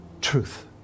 Truth